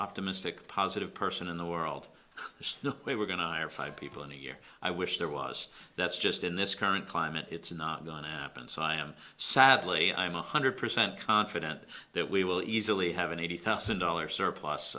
optimistic positive person in the world is the way we're going to hire five people in a year i wish there was that's just in this current climate it's not going to happen so i am sadly i'm one hundred percent confident that we will easily have an eighty thousand dollars surplus